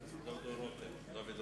חבר הכנסת דוד רותם,